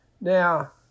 Now